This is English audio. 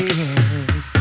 Yes